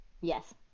Yes